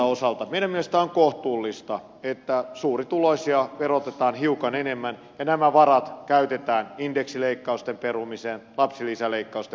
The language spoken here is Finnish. meidän mielestämme on kohtuullista että suurituloisia verotetaan hiukan enemmän ja nämä varat käytetään indeksileikkausten perumiseen lapsilisäleikkausten perumiseen